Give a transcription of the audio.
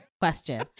question